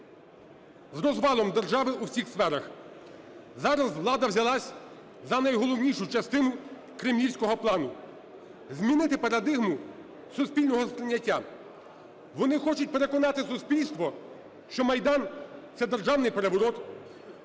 з розвалом держави в усіх сферах. Зараз влада взялась за найголовнішу частину кремлівського плану – змінити парадигму суспільного сприйняття. Вони хочуть переконати суспільство, що Майдан – це державний переворот.